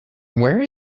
where